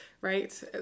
right